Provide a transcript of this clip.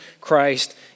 Christ